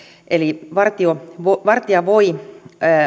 eli vartija voi vartija voi